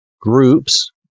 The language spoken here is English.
groups